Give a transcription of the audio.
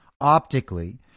optically